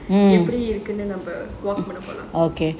எப்டி இருக்குன்னு நம்ம பண்ண போறோம்:epdi irukunnu namma panna porom